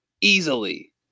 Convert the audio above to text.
easily